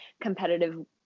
competitive